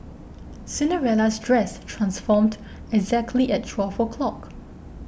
Cinderella's dress transformed exactly at twelve o' clock